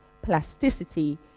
plasticity